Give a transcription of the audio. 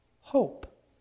hope